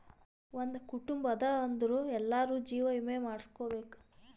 ಒಂದ್ ಕುಟುಂಬ ಅದಾ ಅಂದುರ್ ಎಲ್ಲಾರೂ ಜೀವ ವಿಮೆ ಮಾಡುಸ್ಕೊಬೇಕ್